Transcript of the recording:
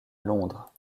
londres